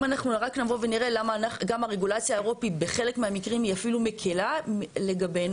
גם הרגולציה האירופית בחלק מהמקרים היא אפילו מקלה לגבינו.